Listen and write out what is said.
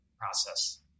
process